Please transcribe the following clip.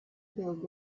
build